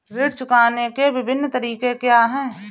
ऋण चुकाने के विभिन्न तरीके क्या हैं?